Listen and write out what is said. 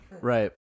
Right